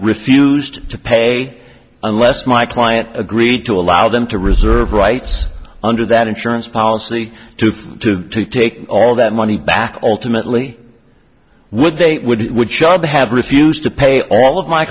refused to pay unless my client agreed to allow them to reserve rights under that insurance policy to take all that money back ultimately would they would he would have refused to pay all of my